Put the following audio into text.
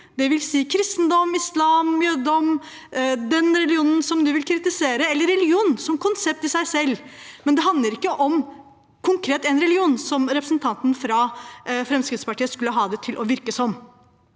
dvs. kristendom, islam, jødedom, den religionen man vil kritisere, eller religion som konsept i seg selv. Men det handler ikke konkret om én religion, som representanten fra Fremskrittspartiet skulle ha det til å virke som.